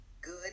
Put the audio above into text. good